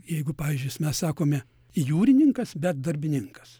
jeigu pavyzdžius mes sakome jūrininkas bet darbininkas